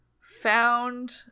found